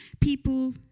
people